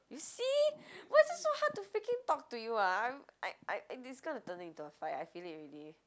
you see why's it so hard to freaking talk to you ah I I I this gonna turn into a fight I feel it already